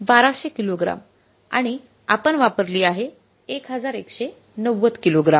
१२०० kilogram आणि आपण वापरली आहे ११९० किलो ग्राम